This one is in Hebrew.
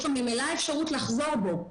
יש לו ממילא אפשרות לחזור בו.